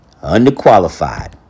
underqualified